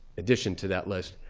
addition to that list.